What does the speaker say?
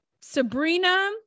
sabrina